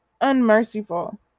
unmerciful